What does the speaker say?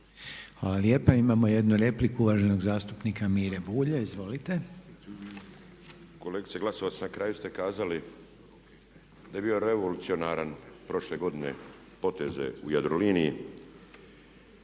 Hvala lijepo. Imamo jednu repliku uvaženog zastupnika Mire Bulja. Izvolite. **Bulj, Miro (MOST)** Kolegice Glasovac, na kraju ste kazali da je bio revolucionaran prošle godine poteze u Jadroliniji,